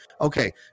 okay